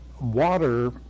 Water